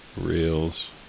Reels